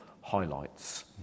highlights